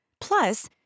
Plus